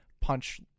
punch